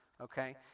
okay